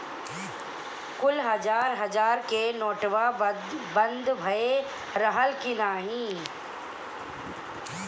कुल हजार हजार के नोट्वा बंद भए रहल की नाही